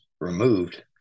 removed